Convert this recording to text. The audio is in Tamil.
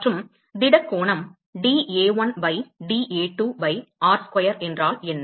மற்றும் திட கோணம் dA1 pi dA2 pi r square என்றால் என்ன